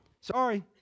Sorry